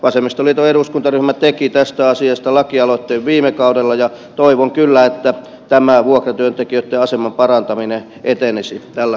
vasemmistoliiton eduskuntaryhmä teki tästä asiasta lakialoitteen viime kaudella ja toivon kyllä että tämä vuokratyöntekijöitten aseman parantaminen etenisi tällä kaudella